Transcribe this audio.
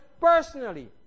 personally